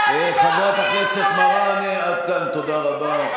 חברת הכנסת מראענה, עד כאן, תודה רבה.